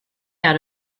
out